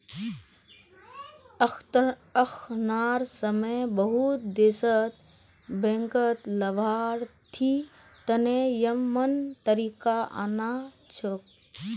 अखनार समय बहुत देशत बैंकत लाभार्थी तने यममन तरीका आना छोक